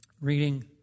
reading